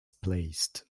placed